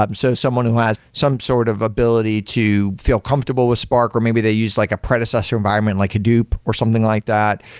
um so someone who has some sort of ability to feel comfortable with spark, or maybe they use like a predecessor environment like hadoop or something like that.